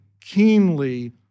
keenly